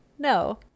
No